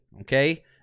Okay